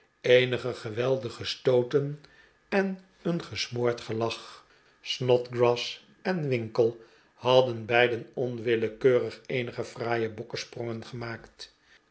eenige geweldige stooten en een gesmoord gelach snodgrass en winkle hadden beiden onwillekeurig eenige fraaie bokkesprongen gemaakt